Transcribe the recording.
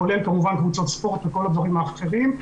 כולל כמובן קבוצות ספורט וכל הדברים האחרים,